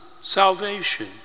salvation